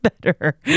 better